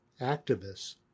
activists